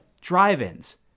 drive-ins